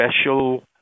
special